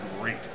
great